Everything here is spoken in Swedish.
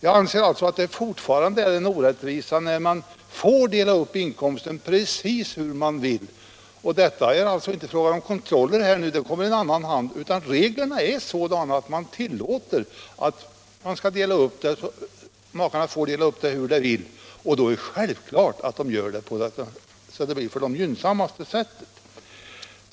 Jag anser alltså fortfarande att det är en orättvisa att inkomsten får delas upp godtyckligt. Det är inte fråga om någon kontroll här, utan om att reglerna är sådana att makarna tillåts att dela upp inkomsten hur de vill. Då är det självklart att de också gör det på det för dem gynnsammaste sättet.